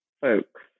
folks